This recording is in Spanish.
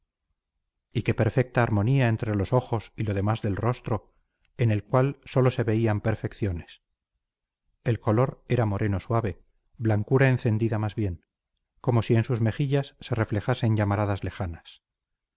y qué perfecta armonía entre los ojos y lo demás del rostro en el cual sólo se veían perfecciones el color era moreno suave blancura encendida más bien como si en sus mejillas se reflejasen llamaradas lejanas